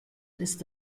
ist